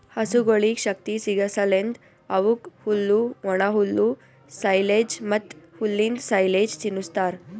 ಹಸುಗೊಳಿಗ್ ಶಕ್ತಿ ಸಿಗಸಲೆಂದ್ ಅವುಕ್ ಹುಲ್ಲು, ಒಣಹುಲ್ಲು, ಸೈಲೆಜ್ ಮತ್ತ್ ಹುಲ್ಲಿಂದ್ ಸೈಲೇಜ್ ತಿನುಸ್ತಾರ್